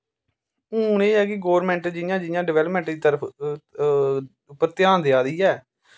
हून एह् ऐ कि गौरमैंट जियां जियां डवैलमैंट दी तरफ उप्पर ध्यान देआ दी ऐ